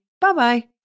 Bye-bye